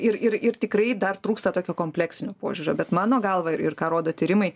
ir ir ir tikrai dar trūksta tokio kompleksinio požiūrio bet mano galva ir ir ką rodo tyrimai